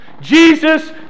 Jesus